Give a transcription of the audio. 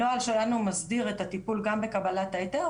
הנוהל שלנו מסדיר את הטיפול גם בקבלת ההיתר,